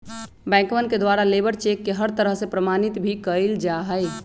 बैंकवन के द्वारा लेबर चेक के हर तरह से प्रमाणित भी कइल जा हई